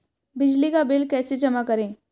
बिजली का बिल कैसे जमा करें?